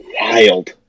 wild